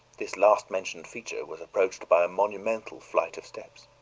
this last-mentioned feature was approached by a monumental flight of steps.